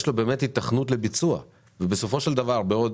יש לו באמת היתכנות לביצוע ובסופו של דבר בעוד